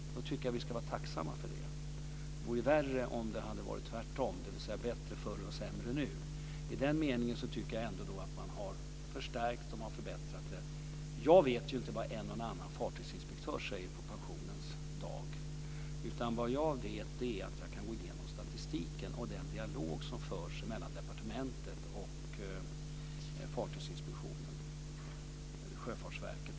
Då tycker jag att vi ska vara tacksamma för det. Det vore värre om det hade varit tvärtom, dvs. bättre förr och sämre nu. I den meningen tycker jag ändå att man har förstärkt och förbättrat det hela. Jag vet ju inte vad en och annan fartygsinspektör säger på pensionens dag, utan vad jag vet är att jag kan gå igenom statistiken och den dialog som förs mellan departementet och Sjöfartsverket.